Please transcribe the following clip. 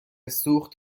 سوخت